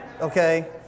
okay